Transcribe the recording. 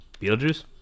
Beetlejuice